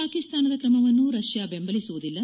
ಪಾಕಿಸ್ತಾನದ ಕ್ರಮವನ್ನು ರಷ್ಯಾ ಬೆಂಬಲಿಸುವುದಿಲ್ಲ